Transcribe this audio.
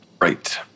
Right